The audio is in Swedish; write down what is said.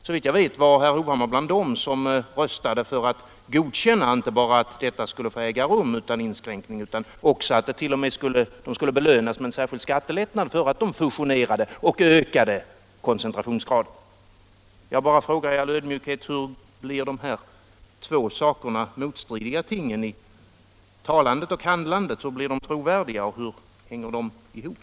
Såvitt jag vet var herr Hovhammar bland dem som röstade inte bara för att detta skulle få äga rum utan inskränkning utan också för att vederbörande skulle belönas med särskild skattelättnad för att de fusionerade och ökade koncentrationsgraden. Jag bara frågar i all ödmjukhet: Hur blir de här två motstridiga tingen i talandet och handlandet trovärdiga, och hur hänger de ihop?